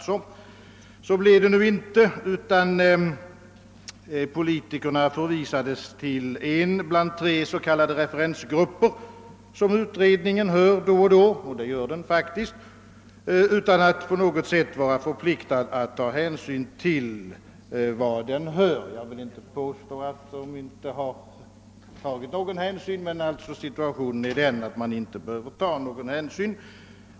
Så blev det nu inte. Politikerna förvisades till en av tre s.k. referensgrupper, som utredningen lyssnar på då och då utan att på något sätt vara förpliktad att ta hänsyn till vad gruppen anför. Jag vill inte påstå att man i utredningen inte har tagit någon hänsyn till denna grupp, men den behöver inte göra det.